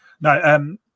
no